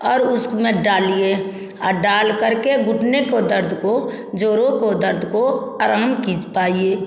और उसमें डालिए डाल करके घुटने के दर्द को जोड़ों के दर्द को आराम कीज पाएं